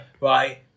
Right